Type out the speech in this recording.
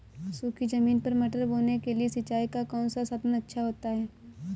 सूखी ज़मीन पर मटर बोने के लिए सिंचाई का कौन सा साधन अच्छा होता है?